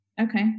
okay